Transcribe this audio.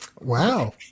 Wow